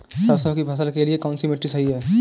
सरसों की फसल के लिए कौनसी मिट्टी सही हैं?